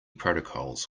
protocols